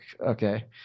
okay